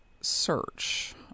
search